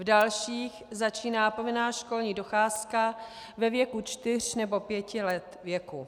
V dalších začíná povinná školní docházka ve věku čtyř nebo pěti let věku.